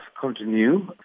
continue